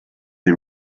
the